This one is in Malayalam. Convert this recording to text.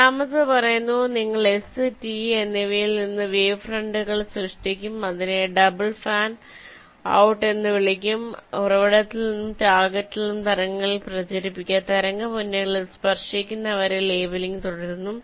രണ്ടാമത്തേത് പറയുന്നു നിങ്ങൾ എസ് ടി എന്നിവയിൽ നിന്ന് വേവ് ഫ്രന്റുകൾ സൃഷ്ടിക്കും ഇതിനെ ഡബിൾ ഫാൻ ഔട്ട് എന്ന് വിളിക്കുന്നു ഉറവിടത്തിൽ നിന്നും ടാർഗെറ്റിൽ നിന്നും തരംഗങ്ങൾ പ്രചരിപ്പിക്കുക തരംഗ മുന്നണികൾ സ്പർശിക്കുന്നതുവരെ ലേബലിംഗ് തുടരുന്നു